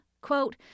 Quote